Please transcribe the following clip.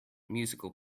musical